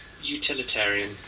utilitarian